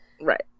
Right